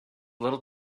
little